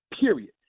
period